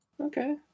Okay